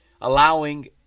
allowing